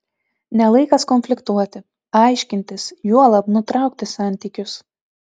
ne laikas konfliktuoti aiškintis juolab nutraukti santykius